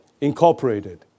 incorporated